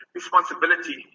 responsibility